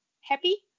happy